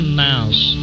mouse